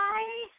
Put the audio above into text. Bye